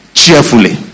cheerfully